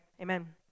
amen